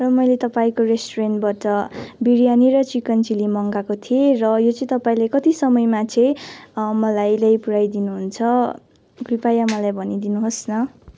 र मैले तपाईँको रेस्टुरेन्टबाट बिरयानी र चिकन चिल्ली मगाएको थिएँ र यो चाहिँ तपाईँले कति समयमा चाहिँ मलाई ल्याइ पुऱ्याइदिनु हुन्छ कृपया मलाई भनि दिनुहोस् न